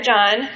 John